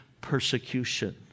persecution